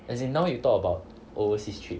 as in now you talk about overseas trip